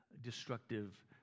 destructive